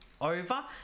over